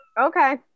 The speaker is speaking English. okay